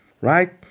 right